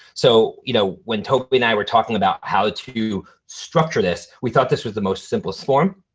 so you know when toby and i were talking about how to structure this, we thought this was the most simplest form.